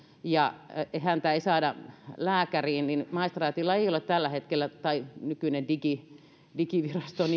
ja häntä ei saada lääkäriin maistraatilla tai siis nykyisellä digivirastolla